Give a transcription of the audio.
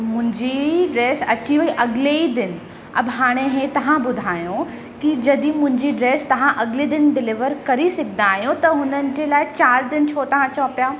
मुंहिंजी ड्रेस अची वेई अगले ही दिन अब हाणे हे तव्हां ॿुधायो कि जॾहिं मुंहिंजी ड्रेस तव्हां अगले दिन डिलीवर करे सघंदा आहियो त हुननि जे लाइ चारि दिन छो तव्हां चयो पिया